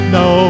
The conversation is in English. no